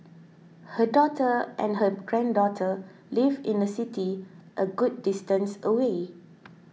her daughter and her granddaughter live in a city a good distance away